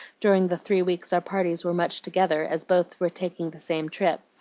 during the three weeks our parties were much together, as both were taking the same trip,